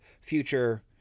future